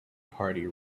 party